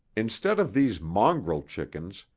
instead of these mongrel chickens,